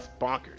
bonkers